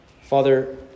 Father